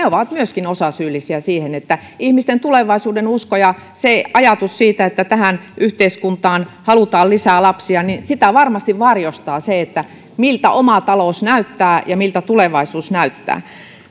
ovat myöskin osasyyllisiä siihen että ihmisten tulevaisuudenuskoa ja ajatusta siitä että tähän yhteiskuntaan halutaan lisää lapsia varmasti varjostaa se miltä oma talous näyttää ja miltä tulevaisuus näyttää